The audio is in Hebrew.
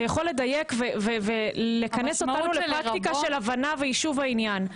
זה יכול לדייק ולכנס אותנו לפרקטיקה של הבנה ויישוב העניין.